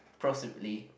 approximately